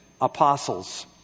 apostles